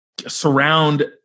Surround